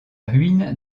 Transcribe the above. ruines